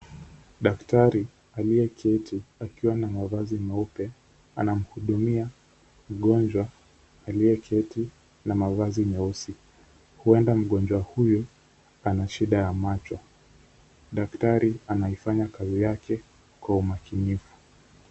Daktari aliyeketi akiwa na mavazi meupe, anamhudumia mgonjwa aliyeketi na mavazi meusi, huenda mgonjwa huyo ana shida ya macho. Daktari anaifanya kazi yake kwa umakinifu.